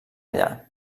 allà